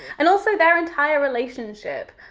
and also their entire relationship.